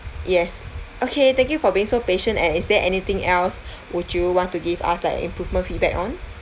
yes okay thank you for being so patient and is there anything else would you want to give us like improvement feedback on